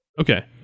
Okay